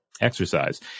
exercise